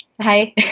hi